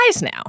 now